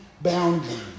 boundaries